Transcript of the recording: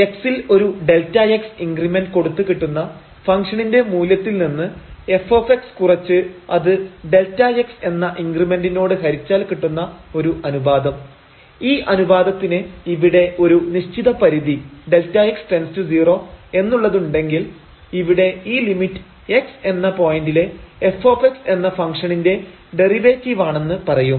x ൽ ഒരു Δx increment കൊടുത്ത് കിട്ടുന്ന ഫംഗ്ഷണിന്റെ മൂല്യത്തിൽ നിന്ന് f കുറച്ച് അത് Δx എന്ന ഇൻക്രിമെന്റിനോട് ഹരിച്ചാൽ കിട്ടുന്ന ഒരു അനുപാദം ഈ അനുപാദത്തിന് ഇവിടെ ഒരു നിശ്ചിത പരിധി Δx→0 എന്നുള്ളതുണ്ടെങ്കിൽ ഇവിടെ ഈ ലിമിറ്റ് x എന്ന പോയന്റിലെ f എന്ന ഫംഗ്ഷണിന്റെ ഡെറിവേറ്റീവാണെന്ന് പറയും